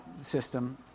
system